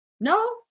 No